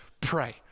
pray